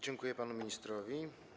Dziękuję panu ministrowi.